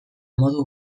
modu